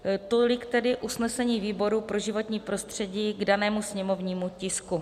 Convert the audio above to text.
Tolik tedy usnesení výboru pro životní prostředí k danému sněmovnímu tisku.